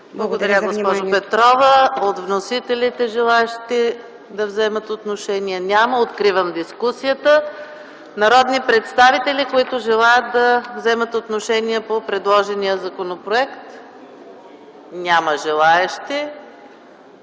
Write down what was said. Благодаря, госпожо Петрова. Има ли желаещи от вносителите да вземат отношение? Няма. Откривам дискусията. Има ли народни представители, които желаят да вземат отношение по предложения законопроект? Няма желаещи.